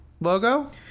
logo